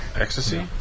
Ecstasy